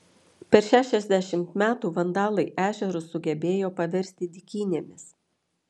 per šešiasdešimt metų vandalai ežerus sugebėjo paversti dykynėmis